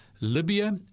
Libya